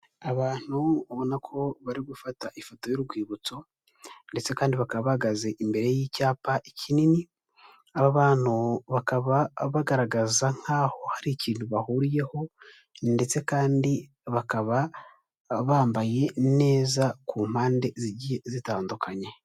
Abantu ubona ko bari gufata ifoto y'urwibutso ndetse kandi baka bahagaze imbere y'icyapa kinini, aba bantu bakaba bagaragaza nk'aho hari ikintu bahuriyeho ndetse kandi bakaba bambaye neza ku mpande zigiye zitandukanye.